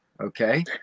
Okay